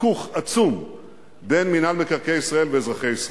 חיכוך עצום בין מינהל מקרקעי ישראל לאזרחי ישראל,